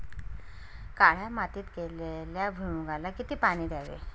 काळ्या मातीत केलेल्या भुईमूगाला किती पाणी द्यावे?